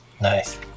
Nice